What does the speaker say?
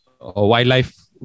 wildlife